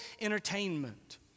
entertainment